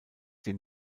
den